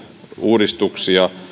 uudistuksia